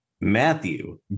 Matthew